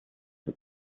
for